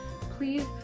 please